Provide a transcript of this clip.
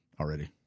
already